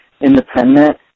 independent